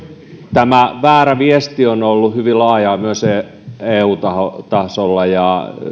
tämä väärä viestintä on ollut hyvin laajaa myös eu tasolla tasolla ja